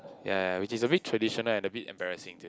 ya ya which is a bit traditional and a bit embarrassing